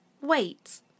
Wait